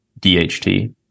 DHT